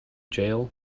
jail